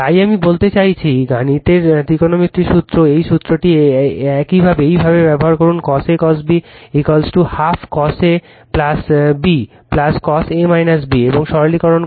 তাই আমি বলতে চাচ্ছি Refer Time 1007 গণিতের ত্রিকোণমিতিক সূত্র এই সূত্রটি এইভাবে ব্যবহার করুন cos A cos B half cos A B cos A B এবং সরলীকরণ করুন